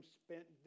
spent